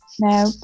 No